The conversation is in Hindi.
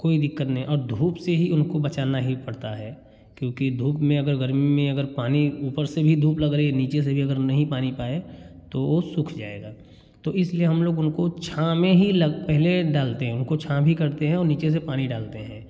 कोई दिक्कत नहीं है और धूप से ही उनको बचाना ही पड़ता है क्योंकि धूप में अगर गर्मी में अगर पानी ऊपर से भी धूप लग रही नीचे से भी अगर नहीं पानी पाए तो वह सूख जाएगा तो इसलिए हम लोग उनको छाँव में ही लग पहले डालते हैं उनको छाँव भी करते हैं और नीचे से पानी डालते हैं